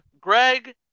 Greg